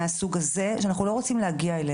אז בזה שעשיתי לה הכשרה,